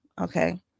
Okay